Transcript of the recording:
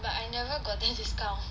but I never gotten discount